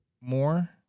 more